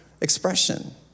expression